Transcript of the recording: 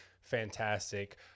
fantastic